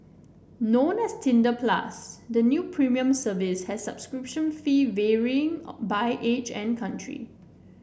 known as Tinder Plus the new premium service has subscription fee varying by age and country